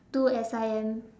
do as I am